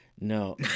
No